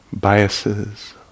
biases